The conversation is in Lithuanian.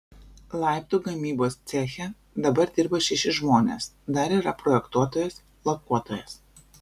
laiptų gamybos ceche dabar dirba šeši žmonės dar yra projektuotojas lakuotojas